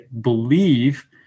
believe